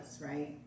right